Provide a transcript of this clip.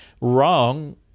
wrong